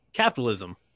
capitalism